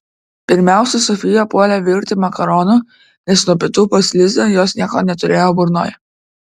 pirmiausia sofija puolė virti makaronų nes nuo pietų pas lizą jos nieko neturėjo burnoje